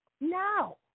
No